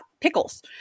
pickles